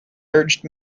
urged